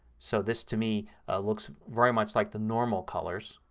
so this to me looks very much like the normal colors